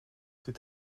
ziet